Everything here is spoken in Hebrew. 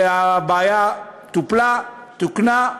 הבעיה טופלה, תוקנה,